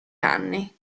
anni